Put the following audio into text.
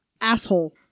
asshole